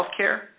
healthcare